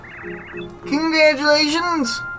Congratulations